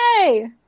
Yay